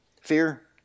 Fear